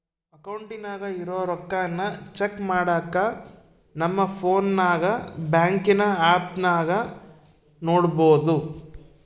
ಅಕೌಂಟಿನಾಗ ಇರೋ ರೊಕ್ಕಾನ ಚೆಕ್ ಮಾಡಾಕ ನಮ್ ಪೋನ್ನಾಗ ಬ್ಯಾಂಕಿನ್ ಆಪ್ನಾಗ ನೋಡ್ಬೋದು